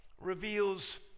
reveals